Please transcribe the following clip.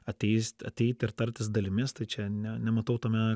ateis ateiti ir tartis dalimis tai čia ne nematau tame